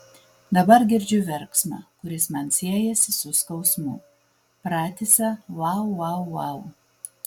dabar girdžiu verksmą kuris man siejasi su skausmu pratisą vau vau vau